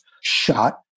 shot